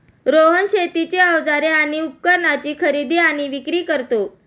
रोहन शेतीची अवजारे आणि उपकरणाची खरेदी आणि विक्री करतो